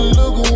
look